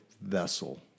vessel